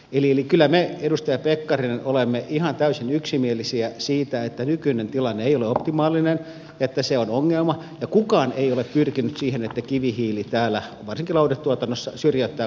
eli kyllä me edustaja pekkarinen olemme ihan täysin yksimielisiä siitä että nykyinen tilanne ei ole optimaalinen että se on ongelma ja kukaan ei ole pyrkinyt siihen että kivihiili täällä varsinkaan lauhdetuotannossa syrjäyttää kotimaista